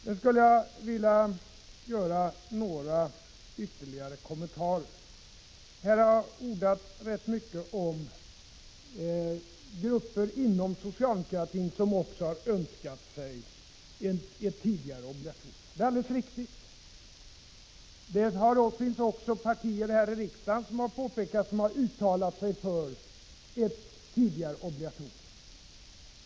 Sedan skulle jag vilja göra några ytterligare kommentarer. Här har ordats rätt mycket om grupper inom socialdemokratin som har önskat sig ett tidigare obligatorium. Det är alldeles riktigt. Det finns också partier här i riksdagen som har uttalat sig för ett tidigare obligatorium.